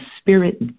spirit